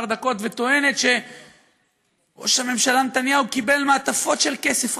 דקות וטוענת שראש הממשלה נתניהו קיבל מעטפות של כסף,